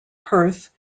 perth